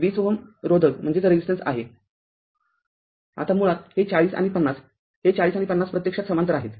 हा r २० Ω रोधक आहे आता मुळात हे ४० आणि ५० हे ४० आणि ५० प्रत्यक्षात समांतर आहेत